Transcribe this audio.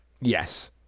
Yes